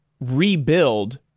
rebuild